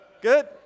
Good